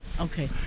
Okay